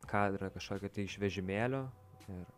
kadrą kažkokį tai iš vežimėlio ir